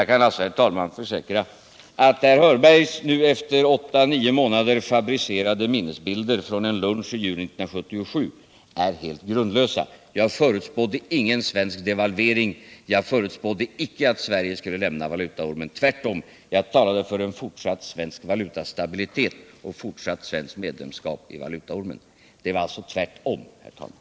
Jag kan alltså, herr talman, försäkra att herr Hörbergs nu efter åtta nio månader fabricerade minnesbilder från en lunch i juni 1977 är helt grundlösa. Jag förutspådde ingen svensk devalvering, förutspådde icke att Sverige skulle lämna valutaormen — tvärtom. Jag talade för en fortsatt svensk valutastabilitet och ett fortsatt svenskt medlemskap i valutaormen. Det var alltså tvärtom, herr talman!